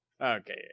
Okay